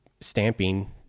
stamping